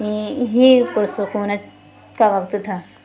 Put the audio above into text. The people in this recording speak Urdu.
ہی ہی پُر سکونت کا وقت تھا